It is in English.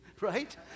right